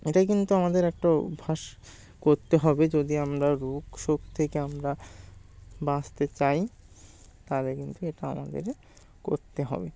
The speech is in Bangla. এটাই কিন্তু আমাদের একটা অভ্যাস করতে হবে যদি আমরা রোগ শোক থেকে আমরা বাঁচতে চাই তাহলে কিন্তু এটা আমাদের করতে হবে